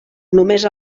només